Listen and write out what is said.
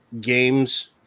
games